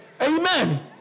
Amen